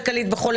כלכלית וכו',